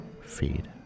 feed